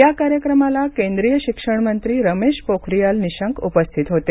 या कार्यक्रमाला केंद्रीय शिक्षण मंत्री रमेश पोखरीयाल निशंक उपस्थित होते